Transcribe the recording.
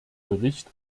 bericht